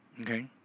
Okay